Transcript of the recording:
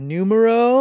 Numero